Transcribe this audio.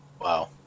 Wow